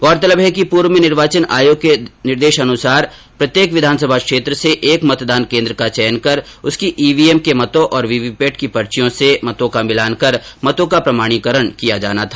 गौरतलब है कि पूर्व में निर्वाचन आयोग के निर्देशानुसार प्रत्येक विधानसभा क्षेत्र के एक मतदान केंद्र का चयन कर उसकी ईवीएम के मतों एवं वीवीपैट की पर्चियों से मतों का मिलान कर मतों का प्रमाणीकरण किया जाना था